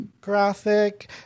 graphic